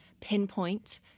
pinpoint